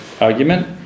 argument